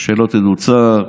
שלא תדעו צער